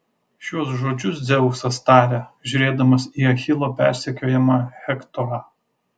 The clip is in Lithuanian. šiuos žodžius dzeusas taria žiūrėdamas į achilo persekiojamą hektorą